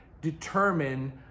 determine